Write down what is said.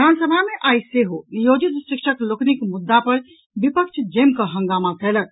विधानसभा मे आइ सेहो नियोजित शिक्षक लोकनि मुद्दा पर विपक्ष जमिकऽ हंगामा कयलक